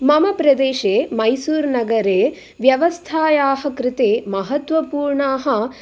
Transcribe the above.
मम प्रदेशे मैसूर् नगरे व्यवस्थायाः कृते महत्त्वपूर्णाः